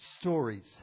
stories